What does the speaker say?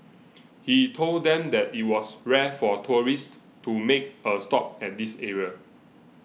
he told them that it was rare for tourists to make a stop at this area